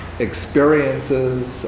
experiences